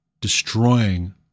destroying